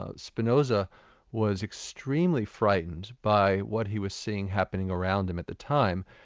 ah spinoza was extremely frightened by what he was seeing happening around him at the time,